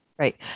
Right